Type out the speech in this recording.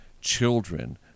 children